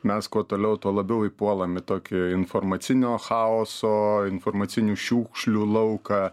mes kuo toliau tuo labiau įpuolam į tokį informacinio chaoso informacinių šiukšlių lauką